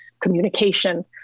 communication